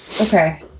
Okay